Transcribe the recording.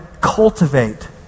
cultivate